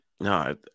No